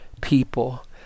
people